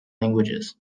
languages